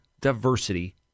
diversity